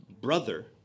Brother